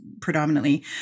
predominantly